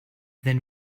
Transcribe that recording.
then